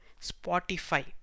Spotify